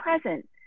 present